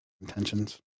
intentions